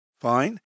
Fine